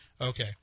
Okay